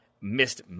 missed